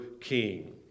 king